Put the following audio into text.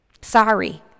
Sorry